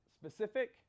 specific